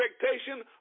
expectation